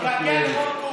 חבר כנסת מלכיאלי.